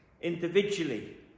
Individually